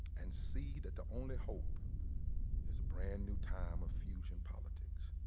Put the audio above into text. and see that the only hope is a brand new time of fusion politics.